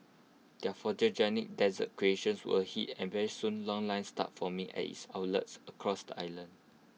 their photogenic dessert creations were A hit and very soon long lines started forming at its outlets across the island